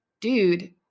dude